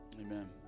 Amen